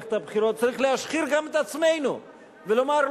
מערכת הבחירות צריך להשחיר גם את עצמנו ולומר,